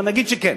אבל נגיד שכן,